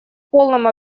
полном